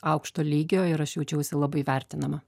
aukšto lygio ir aš jaučiausi labai vertinama